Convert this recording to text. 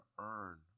earn